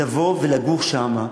לבוא ולגור שם,